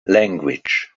language